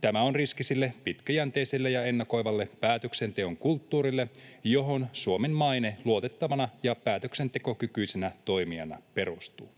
Tämä on riski sille pitkäjänteiselle ja ennakoivalle päätöksenteon kulttuurille, johon Suomen maine luotettavana ja päätöksentekokykyisenä toimijana perustuu.”